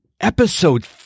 Episode